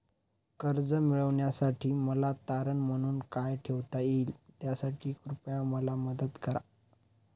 कर्ज मिळविण्यासाठी मला तारण म्हणून काय ठेवता येईल त्यासाठी कृपया मला मदत करा